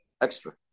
Extra